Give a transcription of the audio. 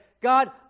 God